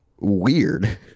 weird